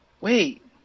Wait